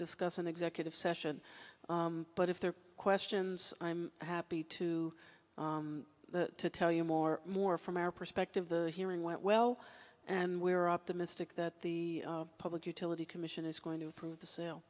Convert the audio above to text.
discuss in executive session but if there are questions i'm happy to the to tell you more more from our perspective the hearing went well and we are optimistic that the public utility commission is going to approve the sale